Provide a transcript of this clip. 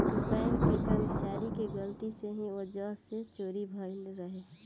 bank के कर्मचारी के गलती के ही वजह से चोरी भईल रहे